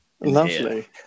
Lovely